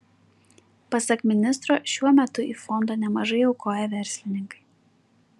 pasak ministro šiuo metu į fondą nemažai aukoja verslininkai